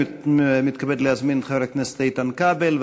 אני מתכבד להזמין את חבר הכנסת איתן כבל,